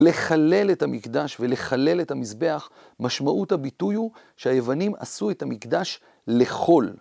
לחלל את המקדש ולחלל את המזבח, משמעות הביטוי הוא שהיוונים עשו את המקדש לכל.